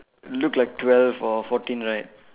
look like twelve or fourteen right